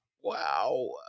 wow